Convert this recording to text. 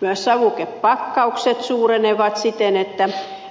myös savukepakkaukset suurenevat siten että